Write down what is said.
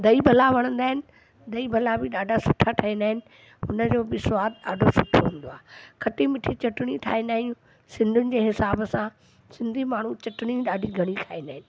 दही भल्ला वणंदा आहिनि दही भल्ला बि ॾाढा सुठा ठहींदा आहिनि हुनजो बि स्वादु ॾाढो सुठो ईंदो आहे खटी मिठी चटणी ठाहींदा आहियूं सिंधियुनि जे हिसाब सां सिंधी माण्हू चटणी ॾाढी घणी ठाहींदा आहिनि